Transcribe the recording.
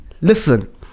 Listen